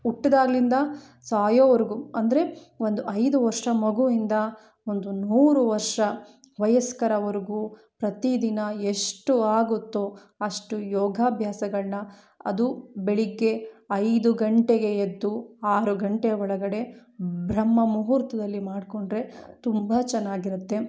ಹುಟ್ದಾಗ್ಲಿಂದ ಸಾಯೋವರೆಗು ಅಂದರೆ ಒಂದು ಐದು ವರ್ಷ ಮಗುವಿಂದ ಒಂದು ನೂರು ವರ್ಷ ವಯಸ್ಕರವರೆಗು ಪ್ರತಿ ದಿನ ಎಷ್ಟು ಆಗುತ್ತೋ ಅಷ್ಟು ಯೋಗಾಭ್ಯಾಸಗಳ್ನ ಅದು ಬೆಳಗ್ಗೆ ಐದು ಗಂಟೆಗೆ ಎದ್ದು ಆರು ಗಂಟೆಯ ಒಳಗಡೆ ಬ್ರಹ್ಮ ಮುಹೂರ್ತದಲ್ಲಿ ಮಾಡಿಕೊಂಡ್ರೆ ತುಂಬ ಚೆನ್ನಾಗಿರತ್ತೆ